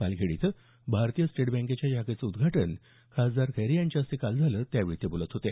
पालखेड इथं भारतीय स्टेट बँकेच्या शाखेचं उद्घाटन खासदार खैरे यांच्या हस्ते काल झालं त्यावेळी ते बोलत होते